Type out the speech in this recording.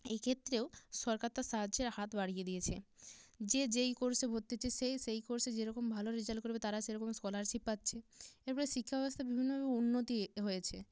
এই ক্ষেত্রেও সরকার তার সাহায্যের হাত বাড়িয়ে দিয়েছে যে যেই কোর্সে ভর্তি হচ্ছে সে সেই কোর্সে যেরকম ভালো রেজাল করবে তারা সেরকম স্কলারশিপ পাচ্ছে এর ফলে শিক্ষা ব্যবস্থা বিভিন্নভাবে উন্নতি হয়েছে